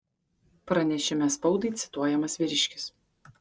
pranešime spaudai cituojamas vyriškis